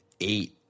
eight